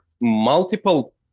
multiple